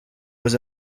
was